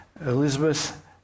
Elizabeth